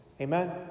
Amen